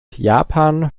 japan